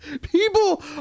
People